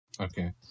Okay